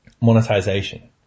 Monetization